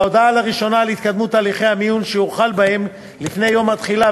והודעה ראשונה על התקדמות הליכי מיון שהוחל בהם לפני יום התחילה